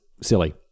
silly